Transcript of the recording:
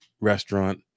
restaurant